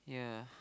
yeah